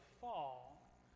fall